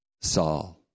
Saul